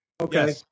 Okay